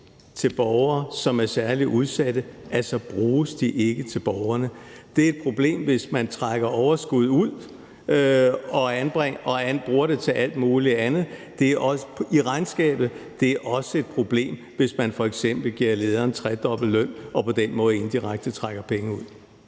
til borgere, som er særlig udsatte, så bruges de ikke til borgerne. Det er et problem, hvis man trækker overskud ud og bruger det til alt muligt andet i regnskabet. Det er også et problem, hvis man f.eks. giver lederen tredobbelt løn og på den måde indirekte trækker penge ud.